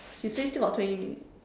she say still got twenty minutes